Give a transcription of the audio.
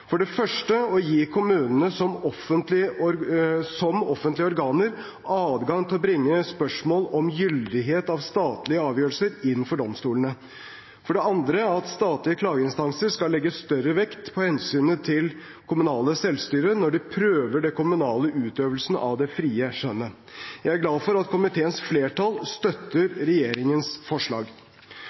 for det første å gi kommunene som offentlige organer adgang til å bringe spørsmål om gyldighet av statlige avgjørelser inn for domstolene, og for det andre at statlige klageinstanser skal legge større vekt på hensynet til det kommunale selvstyret når de prøver kommunenes utøvelse av det frie skjønnet. Jeg er glad for at komiteens flertall støtter regjeringens forslag.